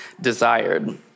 desired